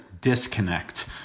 disconnect